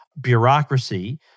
bureaucracy